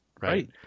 Right